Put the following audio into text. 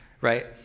right